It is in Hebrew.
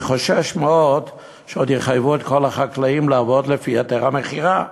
אני חושש מאוד שעוד יחייבו את כל החקלאים לעבוד לפי היתר המכירה,